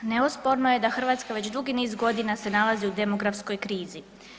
Neosporno je da Hrvatska već dugi niz godina se nalazi u demografskoj krizi.